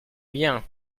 bien